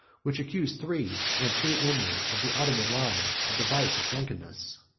which accuse three, and three only, of the ottoman line of the vice of drunkenness.